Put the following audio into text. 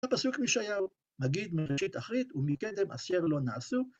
הפסוק מישעיהו מגיד מראשית אחרית, ומקדם אשר לו נעשו.